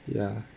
ya